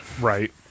Right